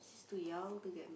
is too young to get